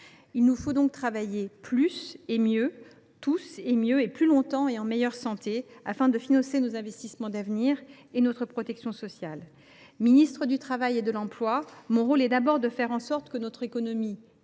Il nous faut donc travailler plus et mieux, tous et mieux, plus longtemps et en meilleure santé, afin de financer nos investissements d’avenir et notre protection sociale. Ministre du travail et de l’emploi, mon rôle est d’abord de faire en sorte que notre économie